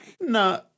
No